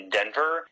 Denver